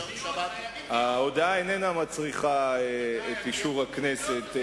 ההודעה איננה מצריכה את אישור הכנסת.